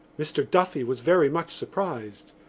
mr. duffy was very much surprised.